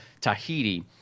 Tahiti